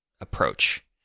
approach